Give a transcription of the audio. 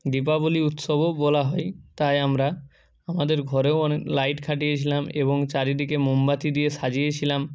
দীপাবলী উৎসবও বলা হয় তাই আমরা আমাদের ঘরেও অনেক লাইট খাটিয়েছিলাম এবং চারিদিকে মোমবাতি দিয়ে সাজিয়েছিলাম